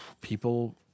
people